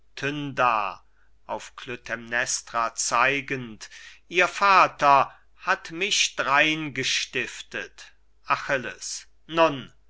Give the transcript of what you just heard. zeigend ihr vater hat mich drein gestiftet achilles nun